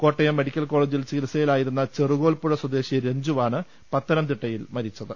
Kottayam medical കോളജിൽ ചികിത്സയിലായിരുന്ന Cherukolpuzha സ്വദേശി രഞ്ജുവാണ് പത്തനംതിട്ടയിൽ മരിച്ചത്